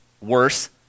worse